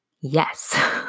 Yes